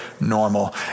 normal